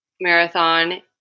marathon